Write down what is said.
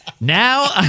Now